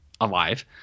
alive